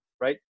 right